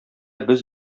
без